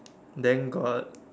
then got